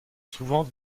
souvent